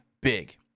big